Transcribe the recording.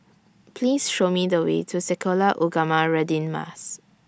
Please Show Me The Way to Sekolah Ugama Radin Mas